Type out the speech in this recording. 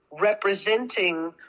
representing